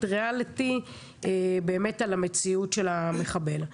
ריאליטי באמת על המציאות של המחבל.